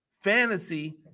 fantasy